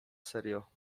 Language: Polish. serio